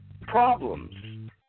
problems